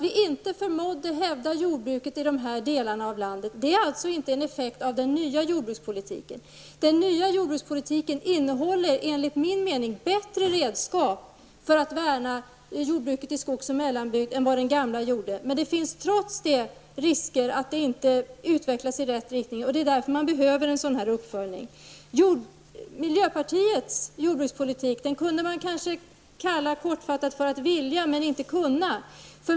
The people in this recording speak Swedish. Vi förmådde inte hävda jordbruket i de här delarna av landet. Det är inte en effekt av den nya jordbrukspolitiken. Den nya jordbrukspolitiken innehåller, enligt min mening, bättre redskap för att värna jordbruket i skogs och mellanbygd än vad den gamla gjorde. Trots det finns det risker för att utvecklingen inte går i rätt riktning. Det är därför man behöver en sådan här uppföljning. Miljöpartiets jordbrukspolitik kunde man kanske kortfattat kalla att vilja men inte kunna.